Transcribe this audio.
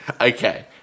Okay